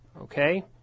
okay